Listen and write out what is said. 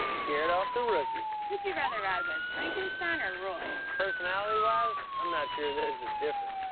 scared off the rookie. who'd you rather ride with? frankenstein or roy? personality-wise, i'm not sure there's a difference.